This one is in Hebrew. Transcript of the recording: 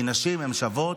כי נשים הן שוות,